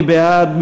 מי בעד?